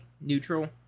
neutral